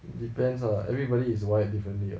depends lah everybody is wired differently [what]